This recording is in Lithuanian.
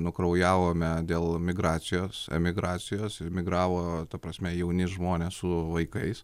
nukraujavome dėl migracijos emigracijos emigravo ta prasme jauni žmonės su vaikais